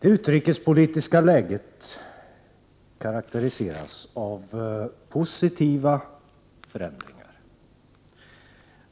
Det utrikespolitiska läget karakteriseras av positiva förändringar.